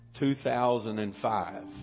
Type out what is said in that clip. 2005